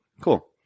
Cool